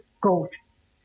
ghosts